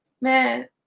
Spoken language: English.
man